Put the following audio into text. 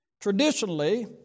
Traditionally